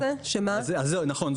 נכון,